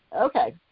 Okay